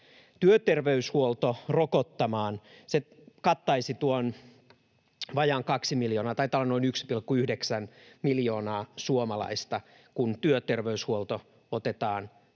Työterveyshuolto rokottamaan — se kattaisi vajaat 2 miljoonaa, taitaisi olla noin 1,9 miljoonaa suomalaista, kun työterveyshuolto otettaisiin